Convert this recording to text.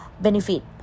benefit